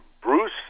Bruce